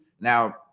Now